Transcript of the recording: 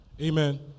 Amen